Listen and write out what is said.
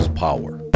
power